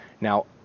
Now